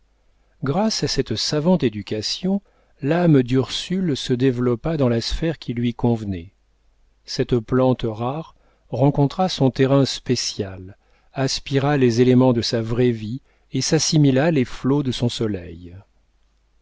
grâce à cette savante éducation l'âme d'ursule se développa dans la sphère qui lui convenait cette plante rare rencontra son terrain spécial aspira les éléments de sa vraie vie et s'assimila les flots de son soleil